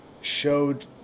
showed